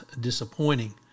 disappointing